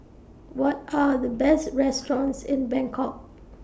What Are The Best restaurants in Bangkok